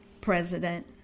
President